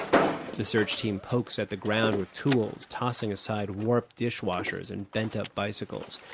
the search team pokes at the ground with tools, tossing aside warped dishwashers and bent-up bicycles.